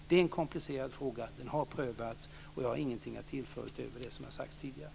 Det är en komplicerad fråga. Den har prövats, och jag har ingenting att tillföra utöver det som har sagts tidigare.